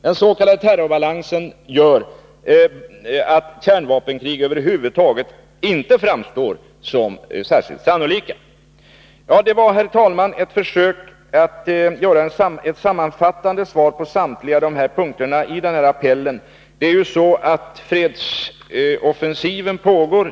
Den s.k. terrorbalansen gör att kärnvapenkrig över huvud taget inte framstår som särskilt sannolika. Detta var, herr talman, ett försök att ge ett sammanfattande svar på samtliga punkter i appellen. Det är ju så att en fredsoffensiv pågår.